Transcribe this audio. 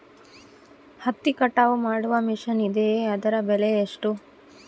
ಹತ್ತಿ ಕಟಾವು ಮಾಡುವ ಮಿಷನ್ ಇದೆಯೇ ಅದರ ಬೆಲೆ ಎಷ್ಟು?